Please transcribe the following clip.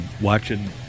watching